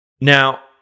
Now